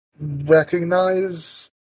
recognize